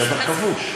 שטח כבוש.